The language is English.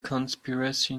conspiracy